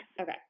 Okay